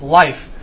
life